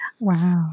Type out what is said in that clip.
Wow